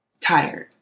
tired